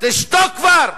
תשתוק כבר.